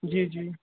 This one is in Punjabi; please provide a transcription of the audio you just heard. ਜੀ ਜੀ